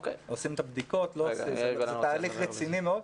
עושים את הבדיקות, זה תהליך רציני מאוד.